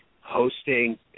hosting